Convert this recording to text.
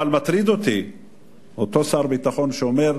אבל מטריד אותי אותו שר ביטחון שאומר: